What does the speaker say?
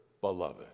beloved